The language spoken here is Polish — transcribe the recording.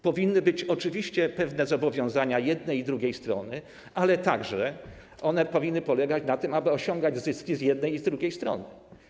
Powinny być oczywiście pewne zobowiązania jednej i drugiej strony, ale one powinny polegać także na tym, aby osiągać zyski z jednej i z drugiej strony.